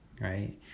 Right